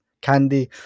candy